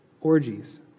orgies